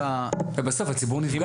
בסוף הציבור נפגע מזה.